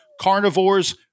Carnivores